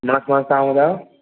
मस्तु मस्तु तव्हां ॿुधायो